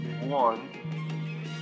one